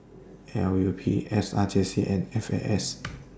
L U P S R J C and F A S